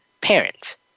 parents